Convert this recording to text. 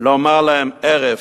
לומר להם: הרף,